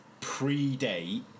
predate